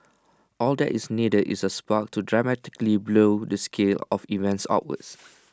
all that is needed is A spark to dramatically blow the scale of events outwards